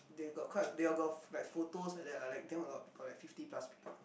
they got quite a they've got like photos like that ah like damn a lot of people like fifty plus people